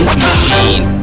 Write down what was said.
machine